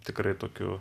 tikrai tokiu